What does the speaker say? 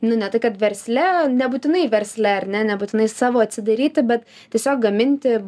nu ne tai kad versle nebūtinai versle ar ne nebūtinai savo atsidaryti bet tiesiog gaminti